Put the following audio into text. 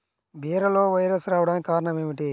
బీరలో వైరస్ రావడానికి కారణం ఏమిటి?